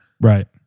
right